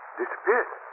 disappeared